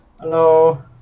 hello